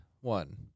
one